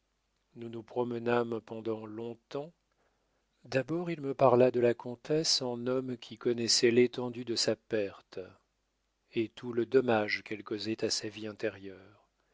nous nous promenâmes pendant long-temps d'abord il me parla de la comtesse en homme qui connaissait l'étendue de sa perte et tout le dommage qu'elle causait à sa vie intérieure